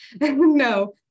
no